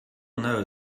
know